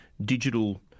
digital